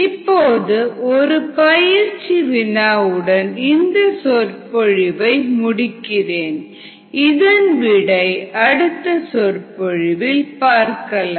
இப்போது ஒரு பயிற்சி வினாவுடன் இந்த சொற்பொழிவை முடிக்கிறேன் இதன் விடை அடுத்த சொற்பொழிவில் பார்க்கலாம்